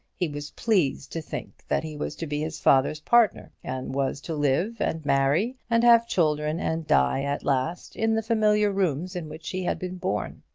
he was pleased to think that he was to be his father's partner, and was to live and marry, and have children, and die at last in the familiar rooms in which he had been born.